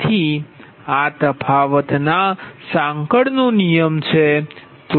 તેથી આ તફાવત ના સાંકળ નો નિયમ છે